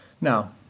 Now